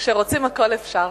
כשרוצים, הכול אפשר.